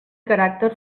caràcter